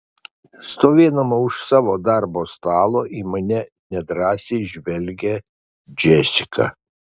stovėdama už savo darbo stalo į mane nedrąsiai žvelgia džesika